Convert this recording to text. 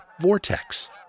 vortex